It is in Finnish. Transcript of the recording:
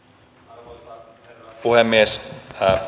arvoisa herra puhemies